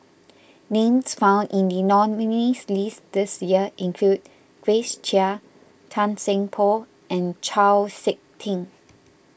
names found in the nominees' list this year include Grace Chia Tan Seng Poh and Chau Sik Ting